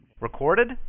Recorded